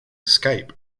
escape